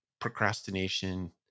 procrastination